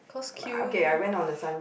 cause queue